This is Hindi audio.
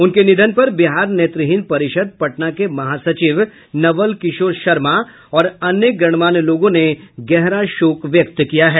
उनके निधन पर बिहार नेत्रहीन परिषद पटना के महासचिव नवल किशोर शर्मा और अन्य गणमान्य लोगों ने गहरा शोक व्यक्त किया है